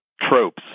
tropes